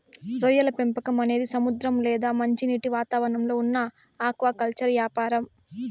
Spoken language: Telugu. రొయ్యల పెంపకం అనేది సముద్ర లేదా మంచినీటి వాతావరణంలో ఉన్న ఆక్వాకల్చర్ యాపారం